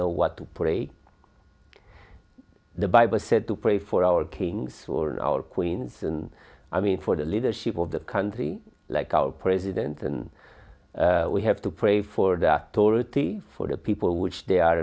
know what the bible said to pray for our kings or our queens and i mean for the leadership of the country like our president and we have to pray for the torah to be for the people which they are